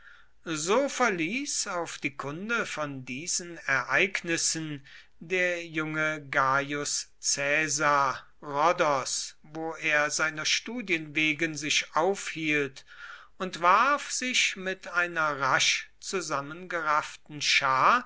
so verließ auf die kunde von diesen ereignissen der junge gaius caesar rhodos wo er seiner studien wegen sich aufhielt und warf sich mit einer rasch zusammengerafften schar